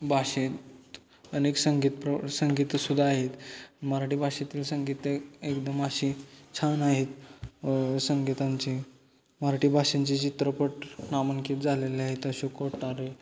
भाषेत अनेक संगीत प्र संगीत सुद्धा आहेत मराठी भाषेतील संगीत एकदम अशी छान आहेत संगीतांची मराठी भाषांचे चित्रपट नामांकित झालेले आहेत जसे कोठारे